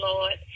Lord